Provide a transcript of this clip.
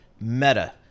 Meta